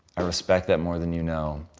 i respect that more than you know.